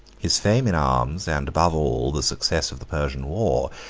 his fame in arms, and, above all, the success of the persian war,